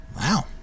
Wow